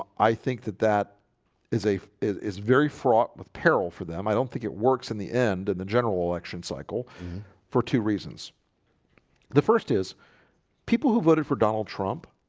i think that that is a is is very fraught with peril for them i don't think it works in the end and the general election cycle for two reasons the first is people who voted for donald trump?